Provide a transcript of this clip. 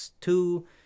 two